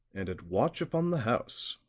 and at watch upon the house.